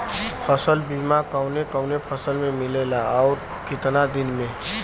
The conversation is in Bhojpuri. फ़सल बीमा कवने कवने फसल में मिलेला अउर कितना दिन में?